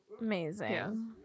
amazing